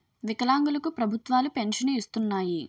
వికలాంగులు కు ప్రభుత్వాలు పెన్షన్ను ఇస్తున్నాయి